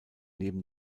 neben